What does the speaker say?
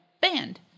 Band